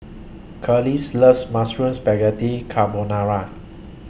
Kelis loves Mushroom Spaghetti Carbonara